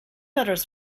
others